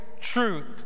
truth